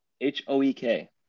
H-O-E-K